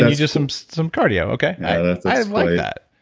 and you do some some cardio. okay. i i like that.